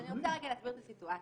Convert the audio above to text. אני רוצה להסביר את הסיטואציה,